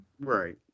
Right